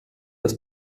das